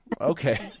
Okay